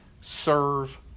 serve